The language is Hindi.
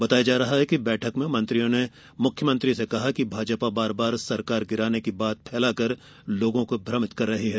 बताया जा रहा है कि बैठक में मंत्रियों ने मुख्यमंत्री से कहा कि भाजपा बार बार सरकार गिराने की बात फैलाकर लोगों को भ्रमित कर रही है